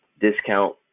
discount